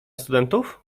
studentów